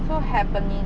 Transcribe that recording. so happening